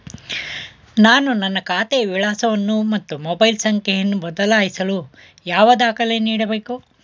ನಾನು ನನ್ನ ಖಾತೆಯ ವಿಳಾಸವನ್ನು ಮತ್ತು ಮೊಬೈಲ್ ಸಂಖ್ಯೆಯನ್ನು ಬದಲಾಯಿಸಲು ಯಾವ ದಾಖಲೆ ನೀಡಬೇಕು?